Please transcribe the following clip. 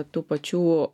tų pačių